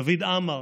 דוד עמר,